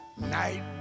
night